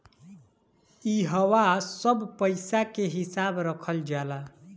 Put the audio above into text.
इहवा सब पईसा के हिसाब रखल जाला